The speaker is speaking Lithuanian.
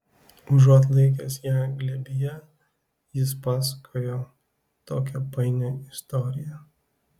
užuot laikęs ją glėbyje jis pasakojo tokią painią istoriją